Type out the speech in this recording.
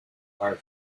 are